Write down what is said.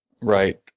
Right